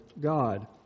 God